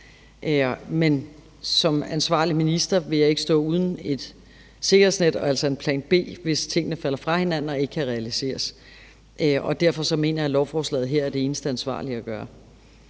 Men som ansvarlig minister vil jeg ikke stå uden et sikkerhedsnet og altså en plan B, hvis tingene falder fra hinanden og ikke kan realiseres. Derfor mener jeg, lovforslaget her er det eneste ansvarlige at gøre.